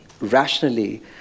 rationally